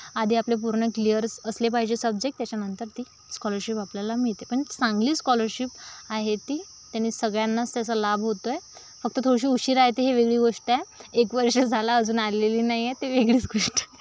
आधी आपले पूर्ण क्लियर्स असले पाहिजे सब्जेक्ट त्याच्यानंतर ती स्कॉलरशिप आपल्याला मिळते पण चांगली स्कॉलरशिप आहे ती त्यांनी सगळ्यांनाच त्याचा लाभ होतोय फक्त थोडीशी उशिरा येते ही वेगळी गोष्ट आहे एक वर्ष झाला अजून आलेली नाही आहे ते वेगळीच गोष्ट